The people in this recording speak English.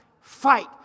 Fight